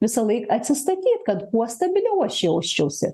visąlaik atsistatyt kad kuo stabiliau aš jausčiausi